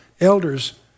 elders